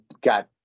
got